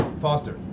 Foster